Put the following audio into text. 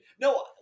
No